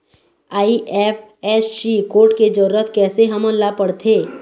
IFSC code के जरूरत कैसे हमन ला पड़थे?